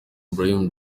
ibrahim